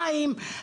מים,